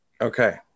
okay